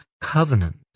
covenant